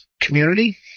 community